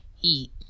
Eat